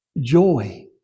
joy